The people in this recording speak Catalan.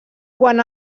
quan